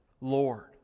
Lord